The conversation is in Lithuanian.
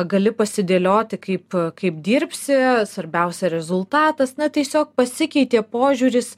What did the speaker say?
gali pasidėlioti kaip kaip dirbsi svarbiausia rezultatas na tiesiog pasikeitė požiūris